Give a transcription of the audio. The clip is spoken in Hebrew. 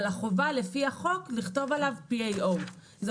אבל החובה לפי החוק היא לכתוב עליו PAO. זה